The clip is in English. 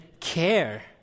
care